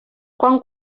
quan